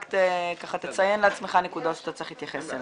רק תציין לעצמך נקודות שאתה צריך להתייחס אליהן.